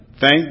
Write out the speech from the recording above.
Thank